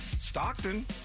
Stockton